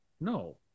No